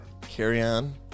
carry-on